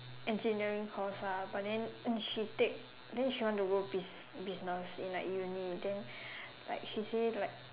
engineering course ah but then in she take then she want to go biz business in like uni then like she say like